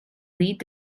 lead